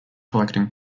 collecting